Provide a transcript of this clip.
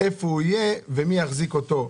איפה הוא יהיה ומי יחזיק אותו,